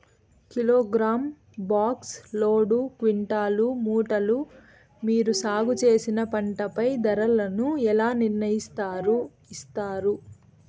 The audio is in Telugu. కిలోగ్రామ్, బాక్స్, లోడు, క్వింటాలు, మూటలు మీరు సాగు చేసిన పంటపై ధరలను ఎలా నిర్ణయిస్తారు యిస్తారు?